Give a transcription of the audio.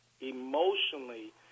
emotionally